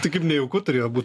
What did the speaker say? tai kaip nejauku turėjo būt